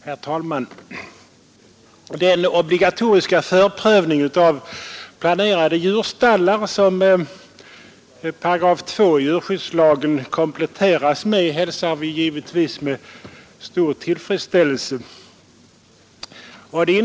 Herr talman! Den obligatoriska förprövning av planerade djurstallar som 2 § i djurskyddslagen kompletteras med hälsar vi givetvis med stor tillfredsställelse.